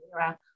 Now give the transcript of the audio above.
era